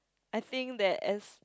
I think that as